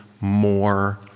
more